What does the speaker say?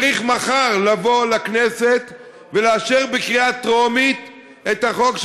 צריך מחר לבוא לכנסת ולאשר בקריאה טרומית את החוק,